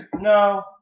No